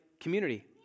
community